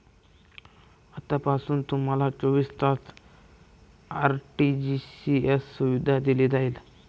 आतापासून तुम्हाला चोवीस तास आर.टी.जी.एस सुविधा दिली जाईल